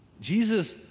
Jesus